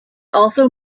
also